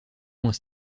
moins